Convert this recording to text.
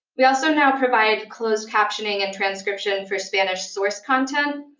we also now provide closed captioning and transcription for spanish source content.